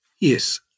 Yes